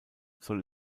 soll